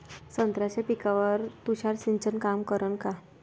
संत्र्याच्या पिकावर तुषार सिंचन काम करन का?